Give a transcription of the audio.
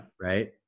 Right